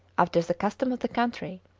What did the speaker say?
after the custom of the country,